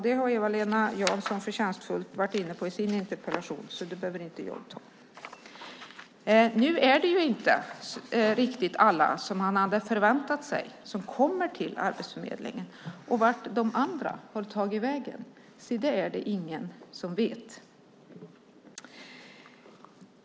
Det har Eva-Lena Jansson förtjänstfullt varit inne på i sin interpellation, så det behöver inte jag ta upp. Det är inte riktigt alla som man hade förväntat sig skulle komma till Arbetsförmedlingen som verkligen kommer dit. Vart de andra har tagit vägen är det ingen som vet.